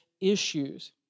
issues